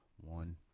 One